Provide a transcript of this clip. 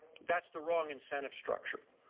that's the wrong incentive structure.